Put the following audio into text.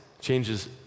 changes